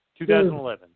2011